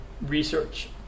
research